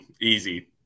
easy